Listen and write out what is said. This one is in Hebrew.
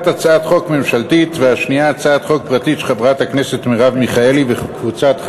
אדוני, רשות הדיבור שלך.